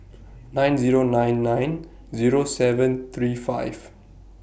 nine Zero nine nine Zero seven three five